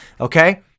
Okay